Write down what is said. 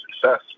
success